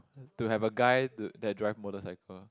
to have a guy to that drive motorcycle